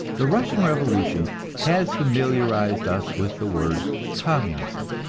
the russian revolution has familiarized us with the word communism.